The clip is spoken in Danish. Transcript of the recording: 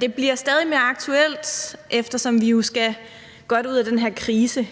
det bliver stadig mere aktuelt, eftersom vi helst skal komme godt ud af den her krise.